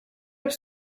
have